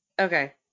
Okay